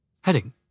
Heading